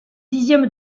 dixième